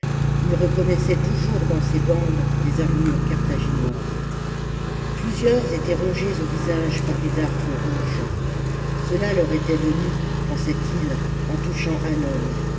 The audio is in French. ils reconnaissaient toujours dans ces bandes des armures carthaginoises plusieurs étaient rongés au visage par des dartres rouges cela leur était venu pensaient-ils en touchant hannon